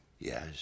Yes